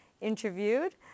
interviewed